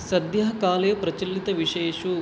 सद्यः काले प्रचलितविषयेषु